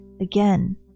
again